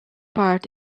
part